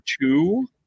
two